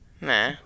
Nah